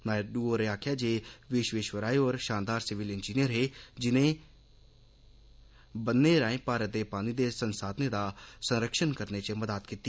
नायडू होरें आक्खेआ जे विश्वेश्वराय होर शानदार सिविल इंजीनियर हे जिनें बन्ने राएं भारत दे पानी दे संसाधनें दा संरक्षण करने च मदाद कीती